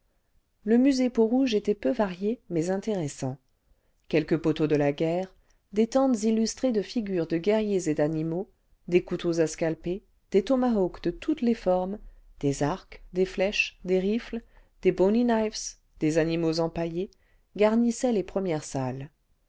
le musée peau-rouge était peu varié mais intéressant quelques poteaux de la guerre des tentes illustrées de figures de guerriers et d'animaux des couteaux à scalper des tomahawks cle toutes les formes des arcs des flèches des rifles des bownies knifes des animaux empaillés garnissaient les premières salles